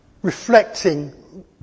reflecting